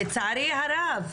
לצערי הרב.